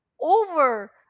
over